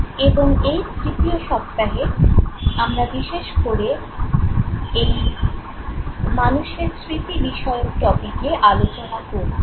এবং এই তৃতীয় সপ্তাহে আমরা বিশেষ করে এই মানুষের স্মৃতি বিষয়ক টপিকে আলোচনা করবো